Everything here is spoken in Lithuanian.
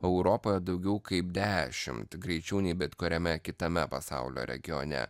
europoje daugiau kaip dešimt greičiau nei bet kuriame kitame pasaulio regione